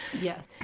yes